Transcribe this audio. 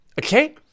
Okay